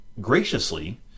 graciously